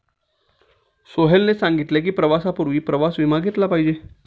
सोहेलने सांगितले की, प्रवासापूर्वी प्रवास विमा घेतला पाहिजे